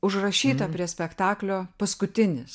užrašyta prie spektaklio paskutinis